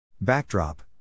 Backdrop